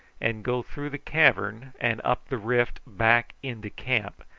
and go through the cavern and up the rift back into camp,